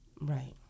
Right